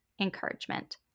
encouragement